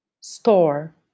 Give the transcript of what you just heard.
Store